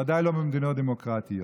ודאי לא במדינות דמוקרטיות.